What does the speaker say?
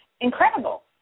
incredible